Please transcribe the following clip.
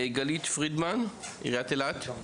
גלית פרידמן, עיריית אילת.